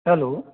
hello